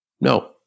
No